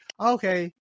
Okay